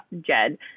Jed